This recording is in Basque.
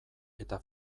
eta